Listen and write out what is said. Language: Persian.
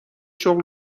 شغل